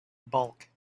bulk